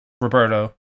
Roberto